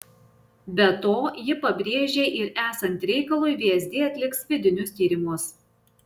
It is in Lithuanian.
be to ji pabrėžė ir esant reikalui vsd atliks vidinius tyrimus